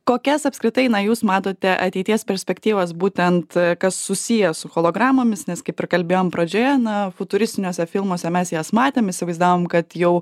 kokias apskritai na jūs matote ateities perspektyvas būtent kas susiję su hologramomis nes kaip ir kalbėjom pradžioje na futuristiniuose filmuose mes jas matėm įsivaizdavom kad jau